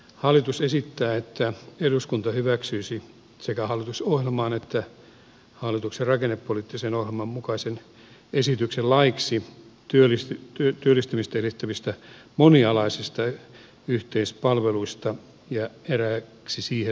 hallitus esittää että eduskunta hyväksyisi sekä hallitusohjelman että hallituksen rakennepoliittisen ohjelman mukaisen esityksen laiksi työllistymistä edistävästä monialaisesta yhteispalvelusta ja eräiksi siihen liittyviksi laeiksi